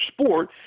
sport